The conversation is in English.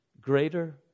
greater